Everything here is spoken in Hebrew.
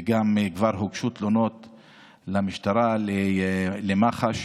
וגם כבר הוגשו תלונות למשטרה, למח"ש,